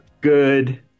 good